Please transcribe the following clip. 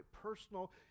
personal